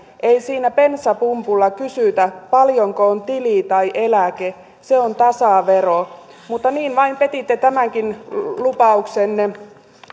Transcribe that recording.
ei siinä bensapumpulla kysytä paljonko on tili tai eläke se on tasavero mutta niin vain petitte tämänkin lupauksenne